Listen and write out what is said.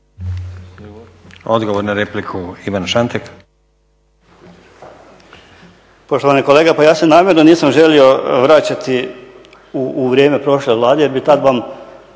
**Šantek, Ivan (HDZ)** Poštovani kolega, pa ja se namjerno nisam želio vraćati u vrijeme prošle Vlade jer bi tad vam